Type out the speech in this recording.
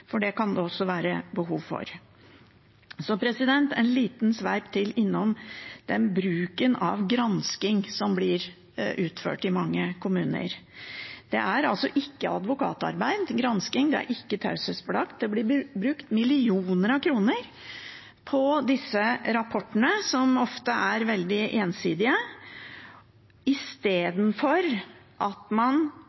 Det kan det også være behov for. En liten sveip til innom den bruken av gransking som blir utført i mange kommuner: Gransking er altså ikke advokatarbeid, det er ikke taushetsbelagt. Det blir brukt millioner av kroner på disse rapportene, som ofte er veldig ensidige,